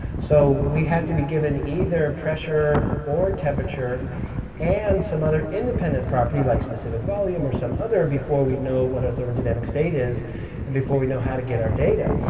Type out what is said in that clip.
so we had to be given either pressure or temperature and some other independent property like specific volume or some other before we know what our thermodynamic state is and before we know how to get our data.